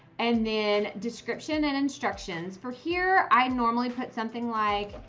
and then description and instructions. for here, i normally put something like,